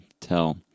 tell